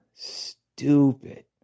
Stupid